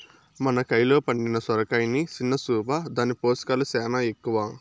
మన కయిలో పండిన సొరకాయని సిన్న సూపా, దాని పోసకాలు సేనా ఎక్కవ